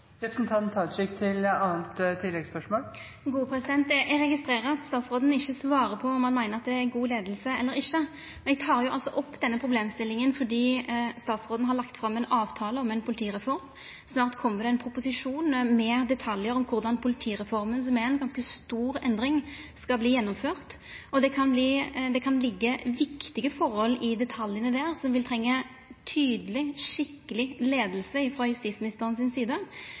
Eg registrerer at statsråden ikkje svarer på om han meiner det er god leiing eller ikkje. Eg tek opp denne problemstillinga fordi statsråden har lagt fram ein avtale om ei politireform. Snart kjem det ein proposisjon med detaljar om korleis politireforma, som er ei ganske stor endring, skal gjennomførast. Det kan liggja viktige forhold i detaljane der som vil trenga tydeleg, skikkeleg leiing frå justisministeren si side.